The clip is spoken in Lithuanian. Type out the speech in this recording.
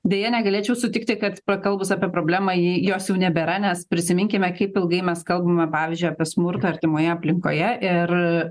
deja negalėčiau sutikti kad prakalbus apie problemą ji jos jau nebėra nes prisiminkime kaip ilgai mes kalbame pavyzdžiui apie smurtą artimoje aplinkoje ir